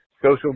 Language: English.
Social